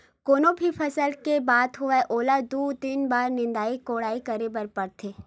कोनो भी फसल के बात होवय ओला दू, तीन बार निंदई कोड़ई करे बर परथे